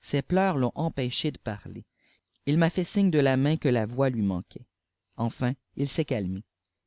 ses pleurs l'ont empêché de parler il m'a fait signe de la main que la voix lui manquait enfin il s'est calmé